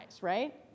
right